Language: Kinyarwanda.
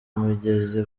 migezi